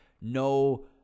no